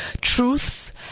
truths